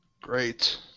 Great